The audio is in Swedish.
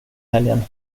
helgen